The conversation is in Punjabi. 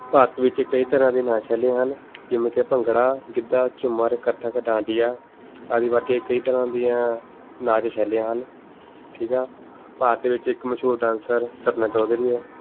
ਭਾਰਤ ਵਿੱਚ ਕਈ ਤਰ੍ਹਾਂ ਦੀਆਂ ਨਾਚ ਸ਼ੈਲੀਆਂ ਹਨ ਜਿਵੇਂ ਕਿ ਭੰਗੜਾ ਗਿੱਧਾ ਝੂਮਰ ਕੱਥਕ ਡਾਂਡੀਆ ਆਦਿ ਵਰਗੇ ਕਈ ਤਰ੍ਹਾਂ ਦੀਆਂ ਨਾਚ ਸ਼ੈਲੀਆਂ ਹਨ ਠੀਕ ਹੈ ਭਾਰਤ ਵਿੱਚ ਇੱਕ ਮਸ਼ਹੂਰ ਡਾਂਸਰ ਸਪਨਾ ਚੌਧਰੀ ਹੈ